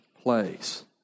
place